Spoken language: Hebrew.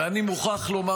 ואני מוכרח לומר,